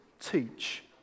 teach